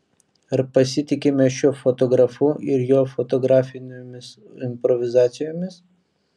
ar pasitikime šiuo fotografu ir jo fotografinėmis improvizacijomis